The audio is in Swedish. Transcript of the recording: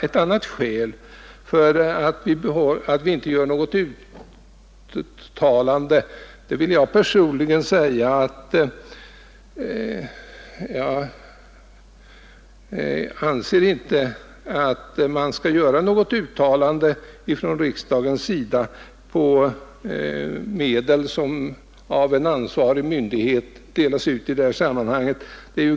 Ett annat skäl till att vi inte gör något uttalande är att enligt min uppfattning riksdagen inte skall föreskriva restriktioner i fråga om medel, som av en ansvarig myndighet delas ut i sammanhanget.